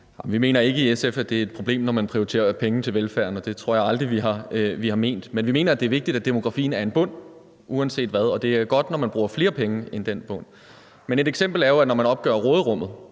Vi mener ikke i SF, at det er et problem, når man prioriterer penge til velfærden, og det tror jeg aldrig vi har ment, men vi mener, at det er vigtigt, at demografien er en bund uanset hvad, og at det er godt, når man bruger flere penge end den bund. Men et eksempel er jo, at når man opgør råderummet,